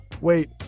Wait